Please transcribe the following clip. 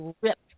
ripped